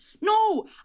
No